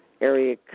area